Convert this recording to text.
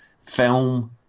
film